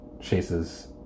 chases